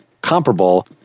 comparable